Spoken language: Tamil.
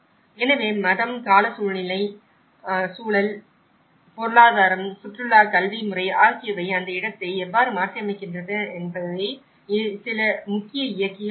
எனவே மதம் காலநிலை சூழல் பொருளாதாரம் சுற்றுலா கல்வி முறை ஆகியவை அந்த இடத்தை எவ்வாறு மாற்றியமைக்கின்றன என்பதே சில முக்கிய இயக்கிகள் ஆகும்